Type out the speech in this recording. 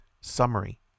Summary